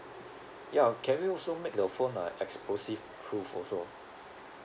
ya can we also make the phone like explosive proof also